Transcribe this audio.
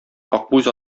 акбүз